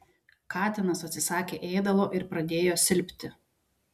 katinas atsisakė ėdalo ir pradėjo silpti